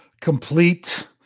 complete